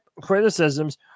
criticisms